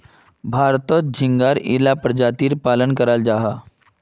भारतोत झिंगार इला परजातीर पालन कराल जाहा